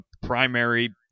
primary